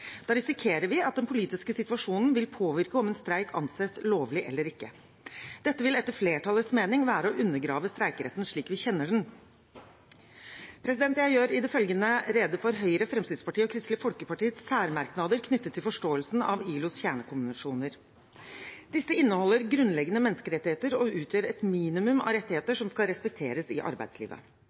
Da risikerer vi at den politiske situasjonen vil påvirke om en streik anses lovlig eller ikke. Dette vil etter flertallets mening være å undergrave streikeretten slik vi kjenner den. Jeg gjør i det følgende rede for Høyre, Fremskrittspartiet og Kristelig Folkepartis særmerknader knyttet til forståelsen av ILOs kjernekonvensjoner. Disse inneholder grunnleggende menneskerettigheter og utgjør et minimum av rettigheter som skal respekteres i arbeidslivet.